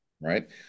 Right